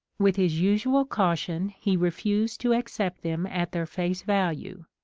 with his usual caution he refused to accept them at their face value,